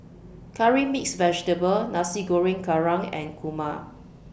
Curry Mixed Vegetable Nasi Goreng Kerang and Kurma